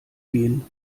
gehen